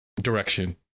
direction